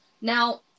Now